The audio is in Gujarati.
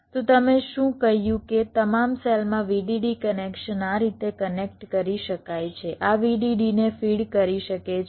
તો તમે શું કહ્યું કે તમામ સેલમાં VDD કનેક્શન આ રીતે કનેક્ટ કરી શકાય છે આ VDD ને ફીડ કરી શકે છે